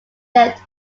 left